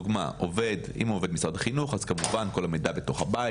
אם עובד הוא משרד החינוך אז כמובן כל המידע בתוך הבית,